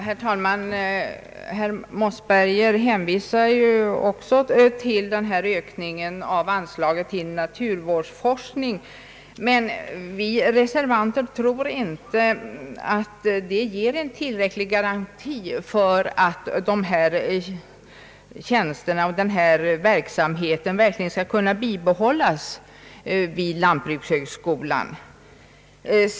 Herr talman! Herr Mossberger hänvisar också till ökningen av anslaget till naturvårdsforskning. Vi reservanter tror emellertid inte att det utgör en tillräcklig garanti för att dessa tjänster och denna verksamhet verkligen skall kunna bibehållas vid lantbrukshögskolan.